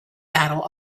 battle